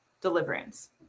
deliverance